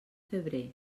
febrer